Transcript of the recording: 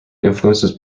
influences